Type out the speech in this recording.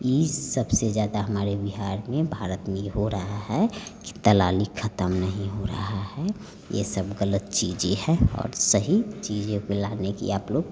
ई सबसे ज्यादा हमारे बिहार में भारत में ये हो रहा है कि दलाली ख़त्म नहीं हो रहा है ये सब गलत चीज है और सही चीजों को लाने की आप लोग